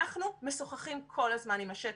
אנחנו משוחחים כל הזמן עם השטח.